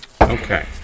Okay